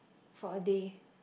for a day